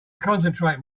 concentrate